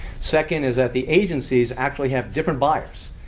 second is that the agencies actually have different buyers.